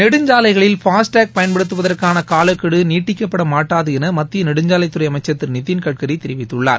நெடுஞ்சாலை கங்கச் சாவடிகளில் ஃபாஸ்டேக் பயன்படுத்துவதற்கான காலக்கெடு நீட்டிக்கப்பட மாட்டாது என மத்திய நெடுஞ்சாலைத்துறை அமைச்சர் திரு நிதின்கட்கரி தெரிவித்துள்ளார்